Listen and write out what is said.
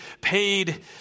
paid